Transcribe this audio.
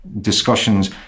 discussions